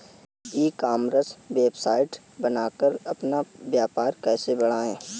ई commerce website बनाकर अपना व्यापार कैसे बढ़ाएँ?